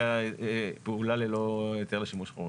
לגבי פעולה ללא היתר לשימוש חורג.